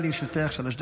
בבקשה, לרשותך שלוש דקות.